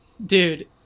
dude